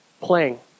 playing